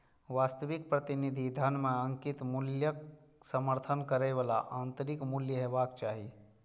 वास्तविक प्रतिनिधि धन मे अंकित मूल्यक समर्थन करै बला आंतरिक मूल्य हेबाक चाही